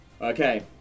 Okay